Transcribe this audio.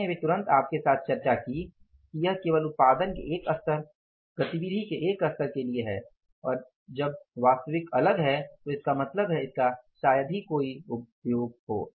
मैंने अभी तुरंत आपके साथ चर्चा की कि यह केवल उत्पादन के एक स्तर गतिविधि के एक स्तर के लिए है और जब वास्तविक अलग है तो इसका मतलब है इसका शायद ही कोई उपयोग हो